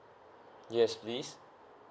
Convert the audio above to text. yes please